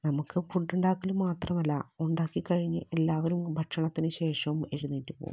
നമുക്ക് ഫുഡ് ഉണ്ടാക്കൽ മാത്രമല്ല ഉണ്ടാക്കി കഴിഞ്ഞ് എല്ലാവരും ഭക്ഷണത്തിനു ശേഷം എഴുന്നേറ്റ് പോകും